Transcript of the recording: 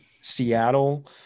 Seattle